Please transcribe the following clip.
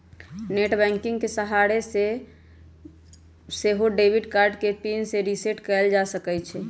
net banking के सहारे से सेहो डेबिट कार्ड के पिन के रिसेट कएल जा सकै छइ